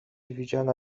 widziana